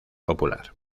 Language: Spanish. popular